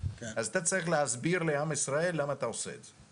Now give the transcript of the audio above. אז אתה צריך להסביר לעם ישראל למה אתה עושה את זה.